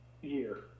year